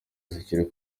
zikiri